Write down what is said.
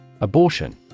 Abortion